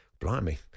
Blimey